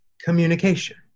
Communication